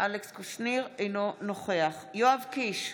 אינו נוכח יואב קיש,